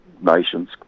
nations